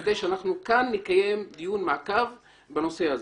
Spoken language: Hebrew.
כדי שאנחנו כאן נקיים דיון מעקב בנושא הזה.